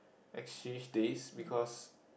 exchange days because